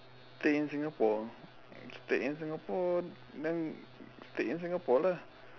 stay in Singapore stay in Singapore then stay in Singapore lah